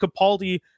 Capaldi